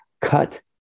cut